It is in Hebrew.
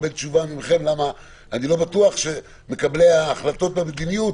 אני לא בטוח שמקבלי ההחלטות במדיניות,